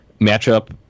Matchup